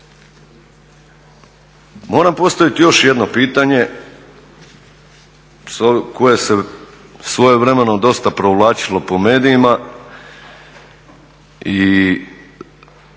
Moram postaviti još jedno pitanje koje se svojevremeno dosta povlačilo po medijima i